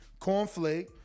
Cornflake